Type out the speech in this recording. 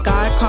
God